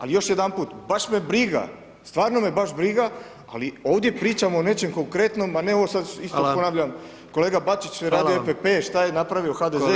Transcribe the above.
Ali još jedanput, baš me briga, stvarno me baš briga, ali ovdje pričamo o nečem konkretnom, a ne ovo sad isto [[Upadica: Hvala]] ponavljam, kolega Bačić je [[Upadica: Hvala vam]] radio EPP, šta je napravio HDZ, šta planira.